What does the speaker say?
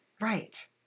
Right